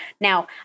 Now